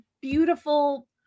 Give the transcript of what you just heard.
beautiful